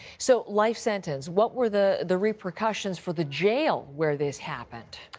so life sentence, what were the the repercussions for the jail where this happened?